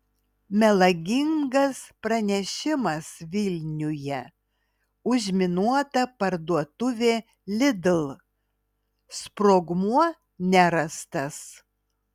melagingas pranešimas vilniuje užminuota parduotuvė lidl sprogmuo nerastas